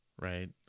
right